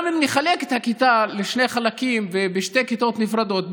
גם אם נחלק את הכיתה לשני חלקים ולשתי כיתות נפרדות,